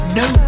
no